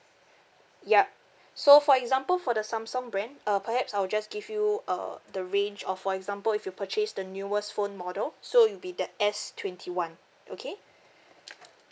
yup so for example for the Samsung brand uh perhaps I will just give you uh the range of for example if you purchase the newest phone model so it will be the S twenty one okay